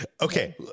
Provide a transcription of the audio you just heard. Okay